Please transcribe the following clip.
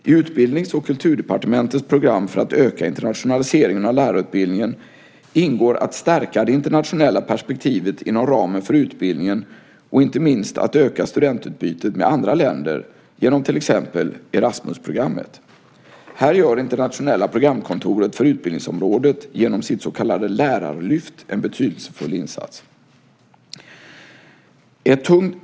I Utbildnings och kulturdepartementets program för att öka internationaliseringen av lärarutbildningen ingår att stärka det internationella perspektivet inom ramen för utbildningen och inte minst att öka studentutbytet med andra länder, genom till exempel Erasmusprogrammet. Här gör Internationella programkontoret för utbildningsområdet genom sitt så kallade lärarlyft en betydelsefull insats.